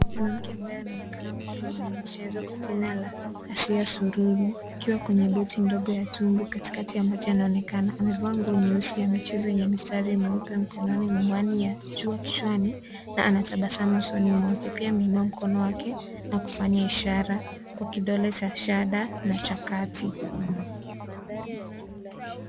Mwanamke ambaye anaonekana kuwa ni mwanamichezo kwa jina la Asiya Sururu akiwa kwenye boti ndogo ya tumbwi katikati ya maji anaonekana amevaa nguo nyeusi ya michezo yenye mistari meupe mikononi miwani ya jua kichwani na anatabasamu usoni mwake . Pia ameinua mkono wake na kufanya ishara kwa kidole cha shada na cha kati.